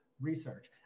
research